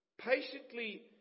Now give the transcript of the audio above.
patiently